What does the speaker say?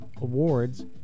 awards